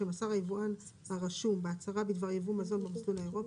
שמסר היבואן הרשום בהצהרה בדבר יבוא מזון במסלול האירופי,